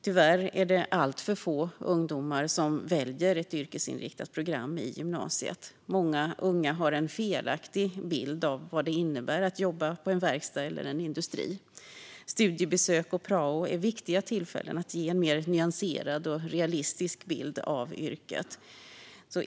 Tyvärr är det alltför få ungdomar som väljer ett yrkesinriktat program i gymnasiet. Många unga har en felaktig bild av vad det innebär att jobba på en verkstad eller i en industri. Studiebesök och prao är viktiga tillfällen att ge en mer nyanserad och realistisk bild av yrket.